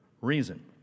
reason